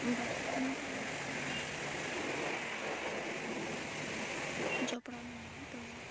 ᱵᱟᱸᱠᱩᱲᱟ ᱦᱚᱱᱚᱛ ᱨᱮᱭᱟᱜ ᱢᱩᱬᱩᱛ ᱥᱟᱶᱛᱟ ᱠᱤᱭᱟ ᱵᱷᱟᱹᱞᱟᱹᱭ ᱨᱮ ᱡᱚᱯᱲᱟᱣ ᱢᱮᱱᱟᱧᱟᱹ ᱛᱚ